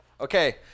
Okay